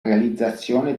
realizzazione